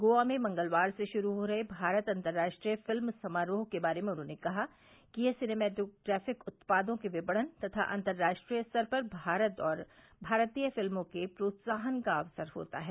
गोवा में मंगलवार से शुरू हो रहे भारत अंतर्राष्ट्रीय फिल्म समारोह के बारे में उन्होंने कहा कि यह सिनेमैटोग्राफिक उत्पादों के विपणन तथा अंतराष्ट्रीय स्तर पर भारत और भारतीय फिल्मों के प्रोत्साहन का अवसर होता है